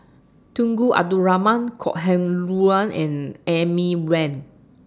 Tunku Abdul Rahman Kok Heng Leun and Amy Van